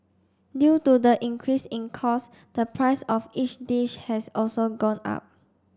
due to the increase in cost the price of each dish has also gone up